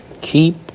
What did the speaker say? Keep